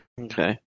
Okay